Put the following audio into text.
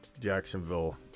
Jacksonville